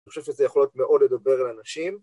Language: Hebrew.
אני חושב שזה יכול להיות מאוד לדבר על אנשים